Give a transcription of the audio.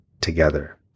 together